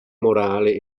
morale